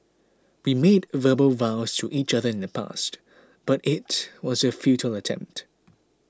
we made verbal vows to each other in the past but it was a futile attempt